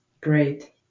Great